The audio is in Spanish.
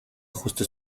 ajuste